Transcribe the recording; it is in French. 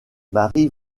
marie